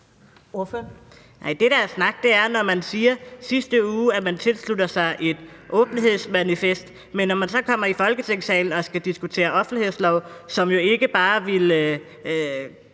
det, der er snak, er, når man i sidste uge siger, at man tilslutter sig et åbenhedsmanifest, men når man så kommer i Folketingssalen og skal diskutere offentlighedslov, hvor man jo